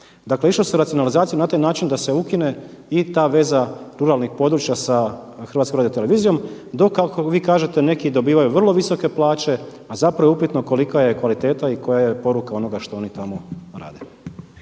Dakle išlo se u racionalizaciju na taj način da se ukine i ta veza ruralnih područja sa HRT-om dok kako vi kažete neki dobivaju vrlo visoke plaće, a zapravo je upitno kolika je kvaliteta i koja je poruka onoga što oni tamo rade.